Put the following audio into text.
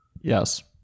Yes